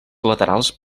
laterals